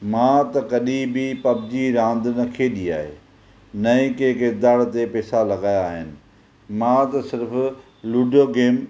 मां त कॾहिं बि पबजी रांदि न खेॾी आहे न की किरदार ते पैसा लॻायां आहिनि मां त सिर्फ़ लुडो गेम